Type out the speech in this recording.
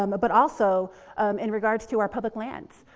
um but also in regards to our public lands.